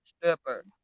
stripper